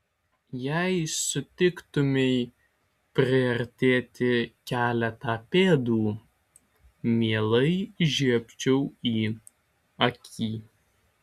jei sutiktumei priartėti keletą pėdų mielai žiebčiau į akį